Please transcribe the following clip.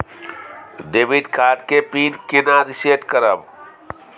Debit card के PIN केना reset करब?